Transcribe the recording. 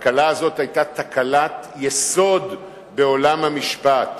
התקלה הזו היתה תקלת יסוד בעולם המשפט,